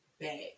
back